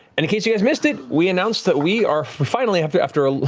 and case you guys missed it, we announced that we are finally, after after ah